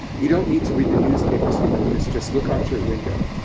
you don't need to read the newspapers didn't know this, just look out your window.